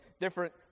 different